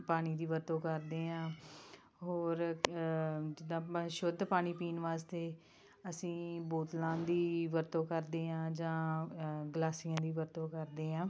ਪਾਣੀ ਦੀ ਵਰਤੋਂ ਕਰਦੇ ਹਾਂ ਹੋਰ ਜਿੱਦਾਂ ਆਪਾਂ ਸ਼ੁੱਧ ਪਾਣੀ ਪੀਣ ਵਾਸਤੇ ਅਸੀਂ ਬੋਤਲਾਂ ਦੀ ਵਰਤੋਂ ਕਰਦੇ ਹਾਂ ਜਾਂ ਗਲਾਸੀਆਂ ਦੀ ਵਰਤੋਂ ਕਰਦੇ ਹਾਂ